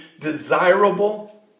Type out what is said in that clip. desirable